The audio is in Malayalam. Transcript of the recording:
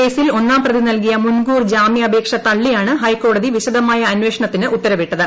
കേസിൽ ഒന്നാം പ്രതി നൽകിയ മുൻകൂർ ജാമ്യാപേക്ഷ തള്ളിയാണ് ഹൈക്കോടതി വിശദമായ അന്വേഷണത്തിന് ഉത്തരവിട്ടത്